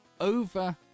over